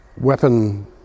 weapon